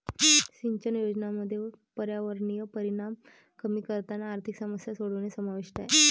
सिंचन योजनांमध्ये पर्यावरणीय परिणाम कमी करताना आर्थिक समस्या सोडवणे समाविष्ट आहे